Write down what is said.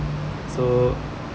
so